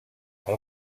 elle